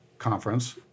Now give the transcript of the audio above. conference